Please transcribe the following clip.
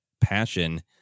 passion